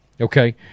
Okay